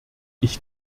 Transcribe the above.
ich